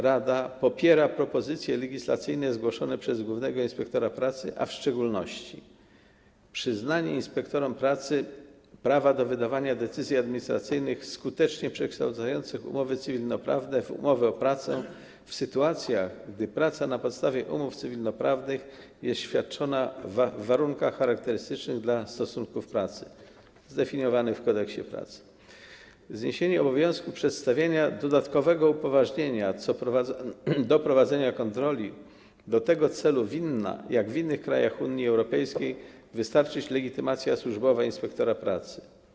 Rada popiera propozycje legislacyjne zgłoszone przez głównego inspektora pracy, a w szczególności: przyznanie inspektorom pracy prawa do wydawania decyzji administracyjnych skutecznie przekształcających umowy cywilnoprawne w umowy o pracę w sytuacjach, gdy praca na podstawie umów cywilnoprawnych jest świadczona w warunkach charakterystycznych dla stosunków pracy zdefiniowanych w Kodeksie pracy; zniesienie obowiązku przedstawiania dodatkowego upoważnienia do prowadzenia kontroli - do tego celu winna, jak w innych krajach Unii Europejskiej, wystarczyć legitymacja służbowa inspektora pracy.